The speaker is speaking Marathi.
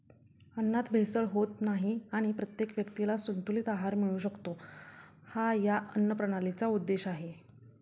अन्नात भेसळ होत नाही आणि प्रत्येक व्यक्तीला संतुलित आहार मिळू शकतो, हा या अन्नप्रणालीचा उद्देश आहे